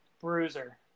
Bruiser